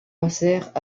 passèrent